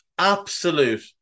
Absolute